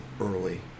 early